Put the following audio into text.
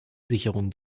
sicherung